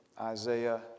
Isaiah